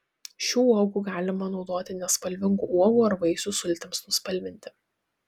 šių uogų galima naudoti nespalvingų uogų ar vaisių sultims nuspalvinti